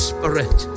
Spirit